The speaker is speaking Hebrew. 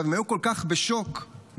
הם היו כל כך בשוק בעצמם,